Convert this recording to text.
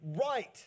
right